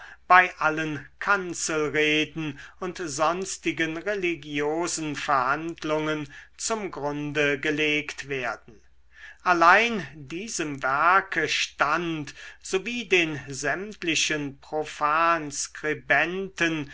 bei allen kanzelreden und sonstigen religiosen verhandlungen zum grunde gelegt werden allein diesem werke stand so wie den sämtlichen